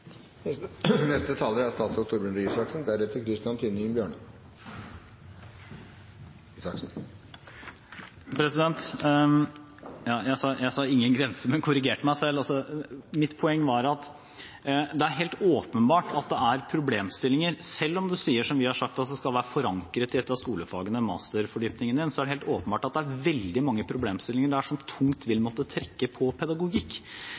Jeg sa «ingen grenser», men korrigerte meg selv. Mitt poeng var at det er helt åpenbart at det er problemstillinger. Selv om man sier som vi har sagt, at masterfordypningen skal være forankret i et av skolefagene, er det helt åpenbart at det er veldig mange problemstillinger der som tungt vil måtte trekke på pedagogikk